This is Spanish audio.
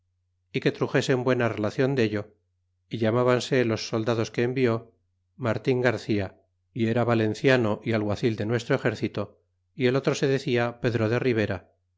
y que truxesen buena relacion dello y raniábanse los soldados que envió martin garcia y era valenciano y alguacil de nuestro exército y el otro se decia pedro de ribera